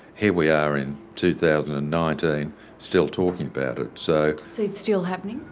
here we are in two thousand and nineteen still talking about it. so it's still happening?